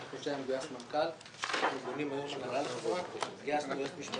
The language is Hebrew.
לפני כחודשיים גויס מנכ"ל ---; גייסנו יועץ משפטי,